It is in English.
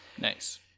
Nice